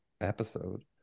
episode